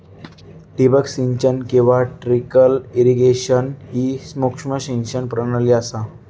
ठिबक सिंचन किंवा ट्रिकल इरिगेशन ही सूक्ष्म सिंचन प्रणाली असा